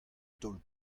taol